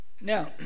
Now